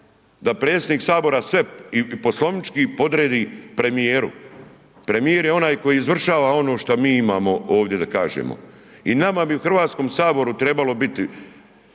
da predsjednik sabora sve i poslovnički podredi premijeru. Premijer je onaj koji izvršava ono što mi imamo ovdje da kažemo. I nama bi u Hrvatskom saboru trebalo biti